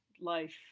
life